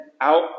out